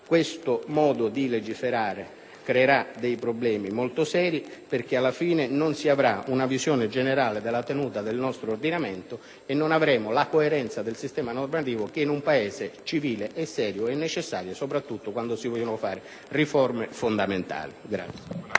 Questo modo di legiferare creerà dei problemi molto seri, perché alla fine non si avrà una visione generale della tenuta del nostro ordinamento e non avremo la coerenza del sistema normativo, che in un Paese civile e serio è necessaria soprattutto quando si vogliono fare riforme fondamentali.